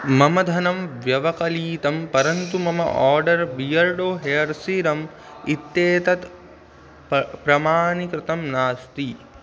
मम धनं व्यवकलितं परन्तु मम आर्डर् बियर्डो हेर् सीरम् इत्येतत् प प्रमाणीकृतं नास्ति